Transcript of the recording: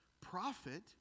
profit